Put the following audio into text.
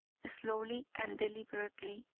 slowly and deliberately.